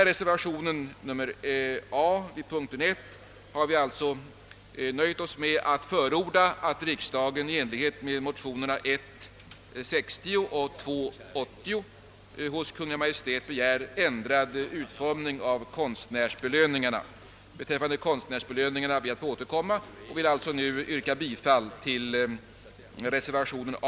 I reservationen A vid punkt 1 har vi därför nöjt oss med att förorda att riksdagen i enlighet med motionerna 1:60 och 1II:80 hos Kungl. Maj:t måtte begära ändrad utformning av konstnärsbelöningarna. Beträffande de senare ber jag att få återkomma, och vill alltså nu yrka bifall till reservation A.